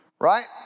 right